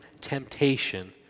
temptation